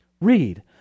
read